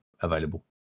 available